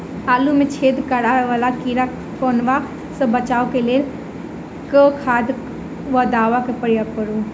आलु मे छेद करा वला कीड़ा कन्वा सँ बचाब केँ लेल केँ खाद वा दवा केँ प्रयोग करू?